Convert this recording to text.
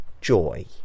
Joy